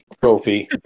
trophy